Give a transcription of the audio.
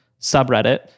subreddit